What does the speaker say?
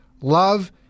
love